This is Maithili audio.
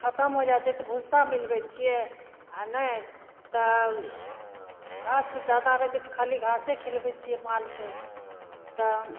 खतम हो जाइ छै तऽ भुस्सा मिलबै छिए आओर नहि तऽ घासके जादा रहै छै तऽ खाली घासे खिलबै छिए मालके तऽ